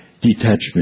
Detachment